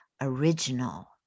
original